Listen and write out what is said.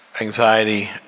anxiety